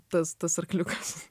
tas tas arkliukas